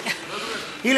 מחבלים,